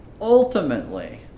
ultimately